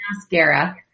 mascara